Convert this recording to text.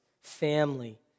family